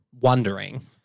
wondering